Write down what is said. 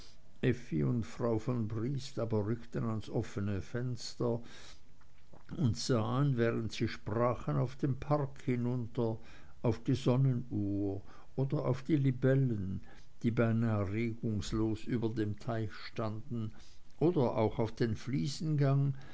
frau von briest aber rückten ans offene fenster und sahen während sie sprachen auf den park hinunter auf die sonnenuhr oder auf die libellen die beinahe regungslos über dem tisch standen oder auch auf den